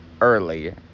early